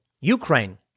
Ukraine